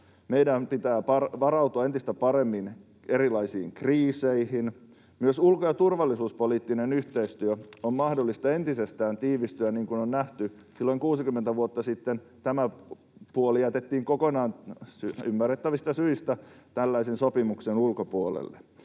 meidän pitää varautua entistä paremmin erilaisiin kriiseihin, myös ulko- ja turvallisuuspoliittisen yhteistyön on mahdollista entisestään tiivistyä niin kun on nähty — silloin 60 vuotta sitten tämä puoli jätettiin kokonaan, ymmärrettävistä syistä, tällaisen sopimuksen ulkopuolelle.